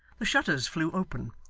the shutters flew open.